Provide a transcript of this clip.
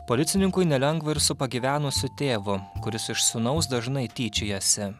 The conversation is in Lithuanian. policininkui nelengva ir su pagyvenusiu tėvu kuris iš sūnaus dažnai tyčiojasi